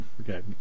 okay